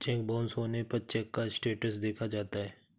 check bounce होने पर cheque का स्टेटस देखा जाता है